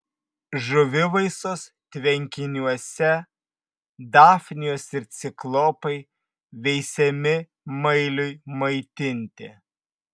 žuvivaisos tvenkiniuose dafnijos ir ciklopai veisiami mailiui maitinti